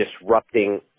disrupting